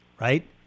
right